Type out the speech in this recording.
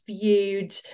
viewed